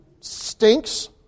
stinks